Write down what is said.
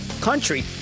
country